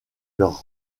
leurs